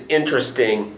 interesting